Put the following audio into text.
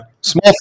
small